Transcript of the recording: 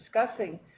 discussing